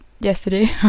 yesterday